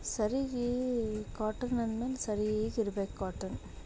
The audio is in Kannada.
ಸರಿಗೀ ಕಾಟನ್ ಅಂದ್ಮೇಲೆ ಸರೀಗಿರಬೇಕು ಕಾಟನ್